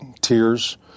tears